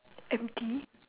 empty